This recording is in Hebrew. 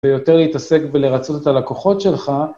ויותר להתעסק בלרצות את הלקוחות שלך.